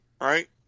right